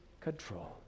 control